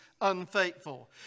unfaithful